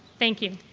thank you.